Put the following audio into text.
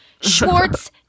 Schwartz